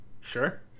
Sure